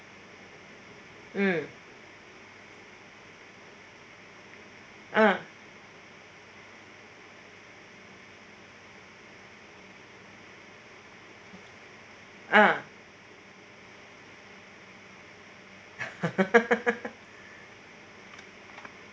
mm ah ah